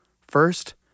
First